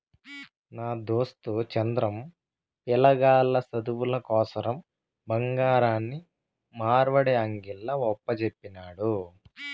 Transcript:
నా దోస్తు చంద్రం, పిలగాల్ల సదువుల కోసరం బంగారాన్ని మార్వడీ అంగిల్ల ఒప్పజెప్పినాడు